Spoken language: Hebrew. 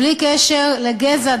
בלי קשר לגזע,